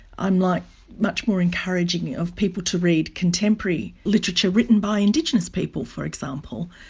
i'm like much more encouraging of people to read contemporary literature written by indigenous people, for example.